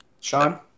Sean